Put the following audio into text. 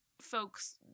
folks –